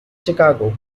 chicago